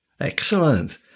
Excellent